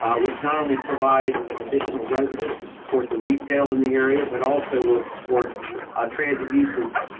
um which not only provides additional residents to support the retail in the area, but also will support transit usage.